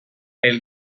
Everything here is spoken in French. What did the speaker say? elle